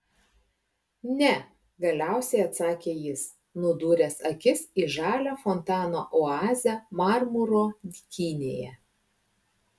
ne galiausiai atsakė jis nudūręs akis į žalią fontano oazę marmuro dykynėje